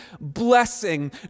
blessing